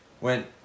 went